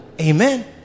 Amen